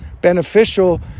beneficial